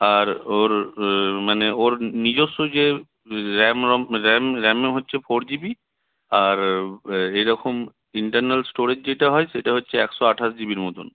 আর ওর মানে ওর নিজস্ব যে র্যাম রোম র্যাম রোম হচ্ছে ফোর জি বি আর এরকম ইন্টারনাল স্টোরেজ যেটা হয় সেটা হচ্ছে একশো আঠাশ জিবির মতন